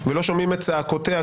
ולא שומעים את צעקותיה,